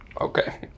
Okay